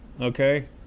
okay